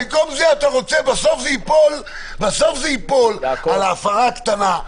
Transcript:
אז בסוף זה ייפול על ההפרה הקטנה,